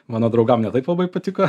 mano draugam ne taip labai patiko